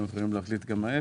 זה מכוח חוק.